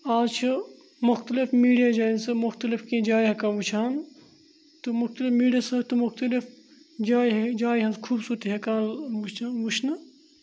آز چھُ مختلف میٖڈیا جایَن سُہ مختلف کینٛہہ جایہِ ہٮ۪کان وٕچھان تہٕ مُختلِف میٖڈیا سۭتۍ تہٕ مُختلِف جایہِ ہہ جایہِ ہٕنٛز خوٗبصوٗرتی ہٮ۪کان وٕچھان وٕچھنہٕ